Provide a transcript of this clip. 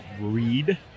read